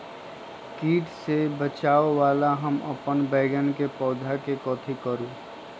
किट से बचावला हम अपन बैंगन के पौधा के कथी करू?